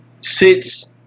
sits